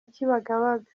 kibagabaga